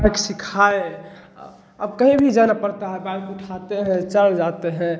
bike सिखाए अब कहीं भी जाना पड़ता है बाइक उठाते हैं चले जाते हैं